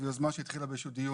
דרך